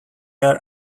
are